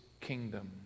kingdom